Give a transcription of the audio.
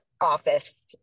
office